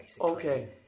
okay